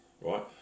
Right